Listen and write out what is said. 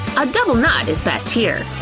a double knot is best here.